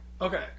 Okay